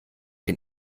den